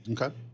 Okay